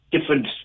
different